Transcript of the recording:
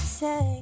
say